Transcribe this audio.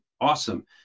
awesome